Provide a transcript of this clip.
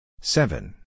Seven